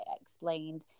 explained